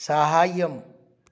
साहाय्यम्